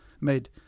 made